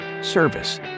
service